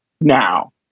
now